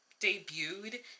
debuted